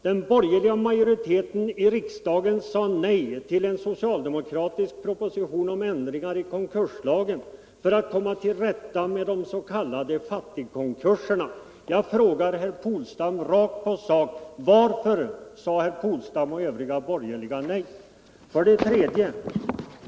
Den borgerliga majoriteten i riksdagen sade nej till en socialdemokratisk proposition om ändringar i konkurslagen för att komma till rätta med de s.k. fattigkonkurserna. Jag frågar herr Polstam rakt på sak: Varför sade herr Polstam och övriga borgerliga i denna kammare nej? 3.